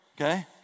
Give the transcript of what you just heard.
okay